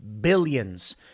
billions